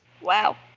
Wow